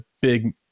big